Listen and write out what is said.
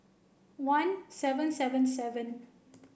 one seven seven seven